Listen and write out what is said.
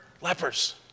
lepers